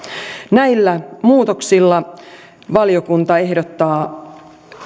näillä muutoksilla valiokunta ehdottaa